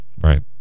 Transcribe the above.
Right